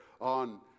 on